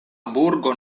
burgo